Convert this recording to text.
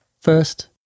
First